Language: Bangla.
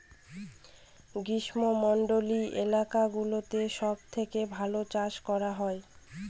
গ্রীষ্মমন্ডলীত এলাকা গুলোতে সব থেকে ভালো চাষ করা হয়